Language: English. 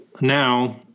now